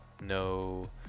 no